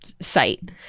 site